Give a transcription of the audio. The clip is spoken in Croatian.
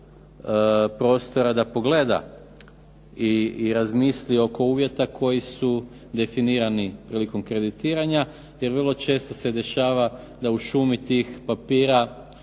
prostora da pogleda i razmisli oko uvjeta koji su definirani prilikom kreditiranja jer vrlo često se dešava da u šumi tih papira